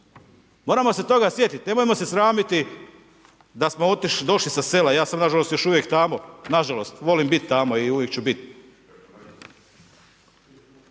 Moramo se toga sjetit, nemojmo se sramiti, da smo došli sa sela, ja sam nažalost još uvijek tamo, nažalost, volim biti tamo i uvijek ću biti.